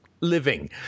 living